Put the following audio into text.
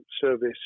service